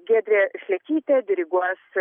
giedrė slekytė diriguos